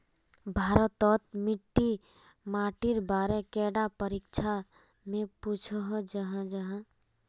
भारत तोत मिट्टी माटिर बारे कैडा परीक्षा में पुछोहो जाहा जाहा?